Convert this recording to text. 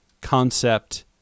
concept